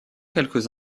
quelques